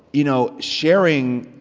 you know, sharing,